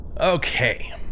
Okay